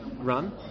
run